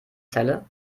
celle